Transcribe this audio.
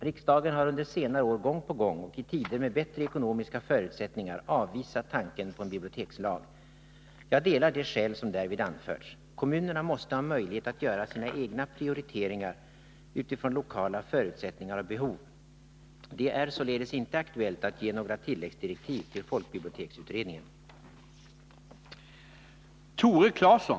Riksdagen har under senare år gång på gång och i tider med bättre ekonomiska förutsättningar avvisat tanken på en bibliotekslag. Jag ansluter mig till de synpunkter som därvid anförts. Kommunerna måste ha möjlighet att göra sina egna prioriteringar utifrån lokala förutsättningar och behov. Det är således inte aktuellt att ge några tilläggsdirektiv till folkbiblioteksutredningen.